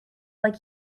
like